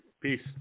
Peace